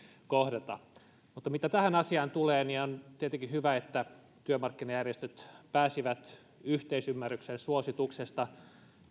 kohdata mitä tähän asiaan tulee niin on tietenkin hyvä että työmarkkinajärjestöt pääsivät yhteisymmärrykseen suosituksesta